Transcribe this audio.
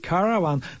Caravan